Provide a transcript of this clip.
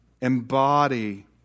embody